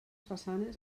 façanes